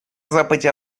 западе